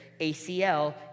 acl